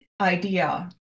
idea